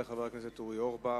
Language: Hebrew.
תודה רבה לחבר הכנסת אורי אורבך.